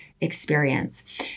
experience